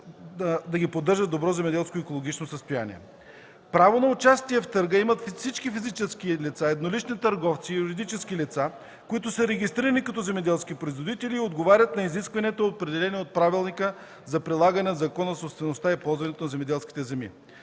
да ги поддържат в добро земеделско и екологично състояние. Право на участие в търга имат всички физически лица, еднолични търговци и юридически лица, които са регистрирани като земеделски производители и отговарят на изискванията, определени от Правилника за прилагане на Закона за собствеността и ползването на земеделските земи.